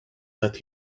that